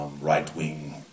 right-wing